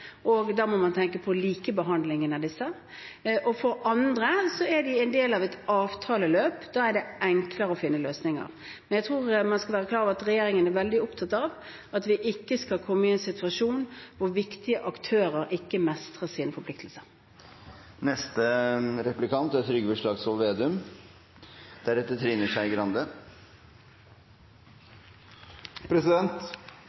og da må man tenke på likebehandlingen av disse. For andre er de en del av et avtaleløp, da er det enklere å finne løsninger. Men jeg tror man skal være klar over at regjeringen er veldig opptatt av at vi ikke skal komme i en situasjon hvor viktige aktører ikke mestrer sine forpliktelser. Et av regjeringens budskap i trontalen er